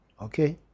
Okay